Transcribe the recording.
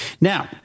Now